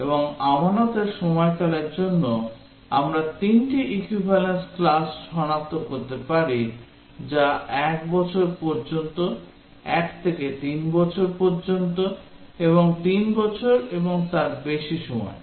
এবং আমানতের সময়কালের জন্য আমরা তিনটি equivalence class সনাক্ত করতে পারি যা 1 বছর পর্যন্ত 1 থেকে 3 বছর পর্যন্ত এবং 3 বছর এবং তার বেশি সময়